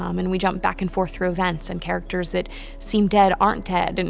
um and we jump back and forth through events and characters that seem dead aren't dead, and